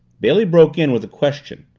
bailey broke in with a question.